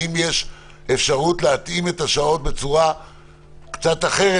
האם יש אפשרות להתאים את השעות בצורה קצת אחרת